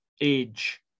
age